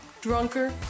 drunker